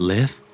Live